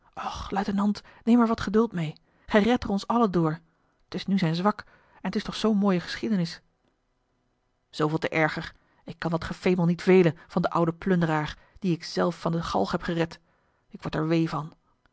och luitenant neem er wat geduld meê gij redt er ons allen door t is nu zijn zwak en t is toch zoo'n mooie geschiedenis zooveel te erger ik kan dat gefemel niet velen van den ouden plunderaar dien ik zelf van de galg heb gered ik word er wee van